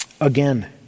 again